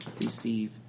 receive